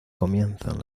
comienzan